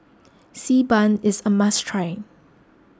Xi Ban is a must try